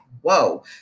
Whoa